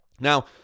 Now